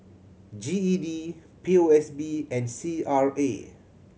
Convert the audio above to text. G E D P O S B and C R A